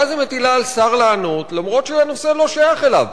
ואז היא מטילה על שר לענות למרות שהנושא לא שייך אליו.